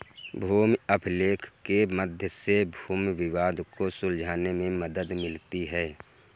भूमि अभिलेख के मध्य से भूमि विवाद को सुलझाने में मदद मिलती है